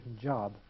job